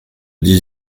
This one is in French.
dix